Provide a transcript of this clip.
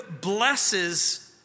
blesses